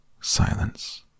silence